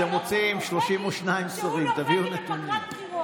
אתם רוצים 32 שרים, תביאו נתונים.